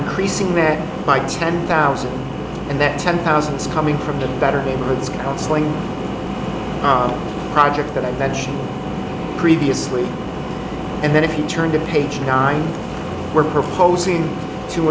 increasing met by ten thousand and that ten thousand scumming from the better neighborhoods counseling project that i mentioned previously and then if you turn to page nine we're proposing to